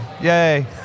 Yay